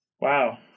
Wow